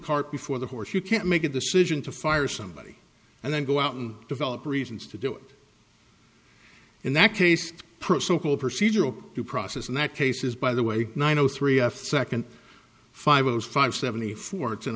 cart before the horse you can't make a decision to fire somebody and then go out and develop reasons to do it in that case pro social procedural due process in that case is by the way nine zero three f second five five seventy four it's in